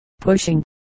pushing